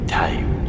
time